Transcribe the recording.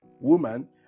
woman